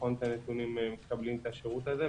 נכון את הנתונים מקבלים את השירות הזה.